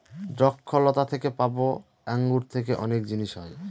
দ্রক্ষলতা থেকে পাবো আঙ্গুর থেকে অনেক জিনিস হয়